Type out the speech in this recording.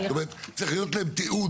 זאת אומרת, צריך להיות להם תיעוד.